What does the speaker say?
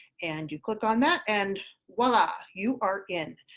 and you click on that. and wala, you are in.